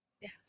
yes